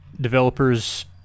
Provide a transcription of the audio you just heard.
developers